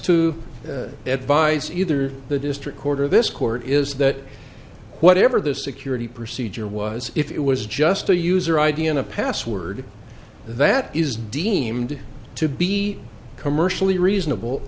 to advise either the district court or this court is that whatever the security procedure was if it was just a user id and a password that is deemed to be commercially reasonable